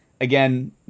Again